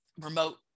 remote